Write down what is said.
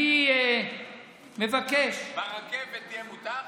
אני מבקש, ברכבת יהיה מותר,